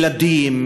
ילדים,